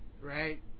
right